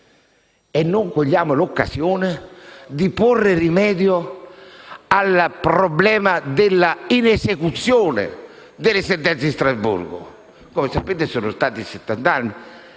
non cogliamo l'occasione per porre rimedio al problema della inesecuzione delle sentenze di Strasburgo. Come sapete, appena